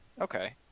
Okay